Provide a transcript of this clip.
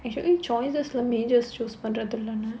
actually choices leh major choose பண்றது இல்லன்னு:pandradhu illannu